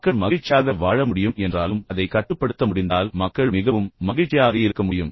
மக்கள் மகிழ்ச்சியாக வாழ முடியும் என்றாலும் அதை கட்டுப்படுத்த முடிந்தால் மக்கள் மிகவும் மகிழ்ச்சியாக இருக்க முடியும்